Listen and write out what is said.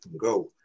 go